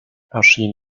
erschien